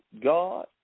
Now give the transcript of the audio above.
God